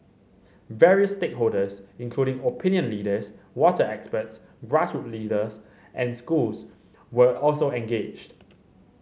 various stakeholders including opinion leaders water experts grassroot leaders and schools were also engaged